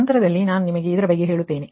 ನಂತರದಲ್ಲಿ ನಾನು ನಿಮಗೆ ಇದರ ಬಗ್ಗೆ ಹೇಳುತ್ತೇನೆ